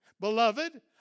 Beloved